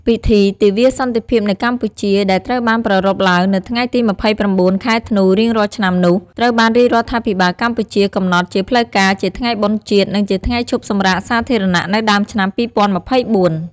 ពិធីទិវាសន្តិភាពនៅកម្ពុជា ដែលត្រូវបានប្រារព្ធឡើងនៅថ្ងៃទី ២៩ ខែធ្នូ រៀងរាល់ឆ្នាំនោះ ត្រូវបានរាជរដ្ឋាភិបាលកម្ពុជាកំណត់ជាផ្លូវការជាថ្ងៃបុណ្យជាតិ និងជាថ្ងៃឈប់សម្រាកសាធារណៈនៅដើមឆ្នាំ ២០២៤។